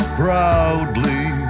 proudly